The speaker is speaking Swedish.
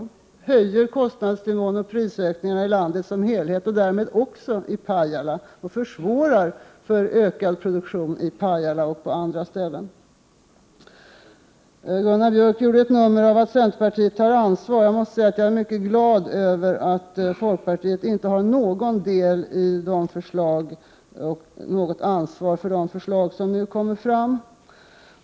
Det höjer kostnadsnivån och prisökningarna i landet som helhet och därmed också i Pajala, vilket försvårar för ökad produktion i Pajala och på andra ställen. Gunnar Björk gjorde ett nummer av att centerpartiet tar ansvar. Jag måste säga att jag är mycket glad över att folkpartiet inte har någon del i eller något ansvar för de förslag som nu läggs fram.